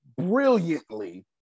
brilliantly